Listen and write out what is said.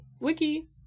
Wiki